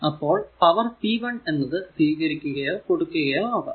അപ്പോൾ power p 1 എന്നത് സ്വീകരിക്കുകയോ കൊടുക്കുകയോ ആകാം